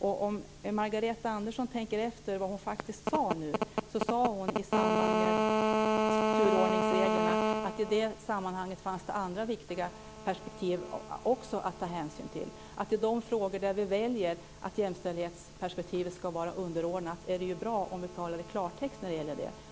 Om Margareta Andersson tänker efter vad hon faktiskt sade inser hon att hon i samband med diskussionen om turordningsreglerna sade att det i det sammanhanget också finns andra viktiga perspektiv att ta hänsyn till. I de frågor där vi väljer att underordna jämställdhetsperspektivet är det bra att vi talar om det i klartext.